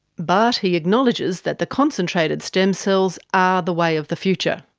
but he acknowledges that the concentrated stem cells are the way of the future.